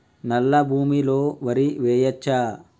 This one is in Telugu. నల్లా భూమి లో వరి వేయచ్చా?